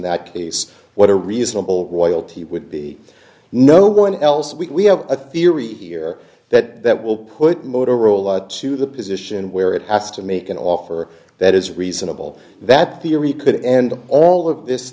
that case what a reasonable royalty would be no one else we have a theory here that will put motorola to the position where it has to make an offer that is reasonable that theory could end all of this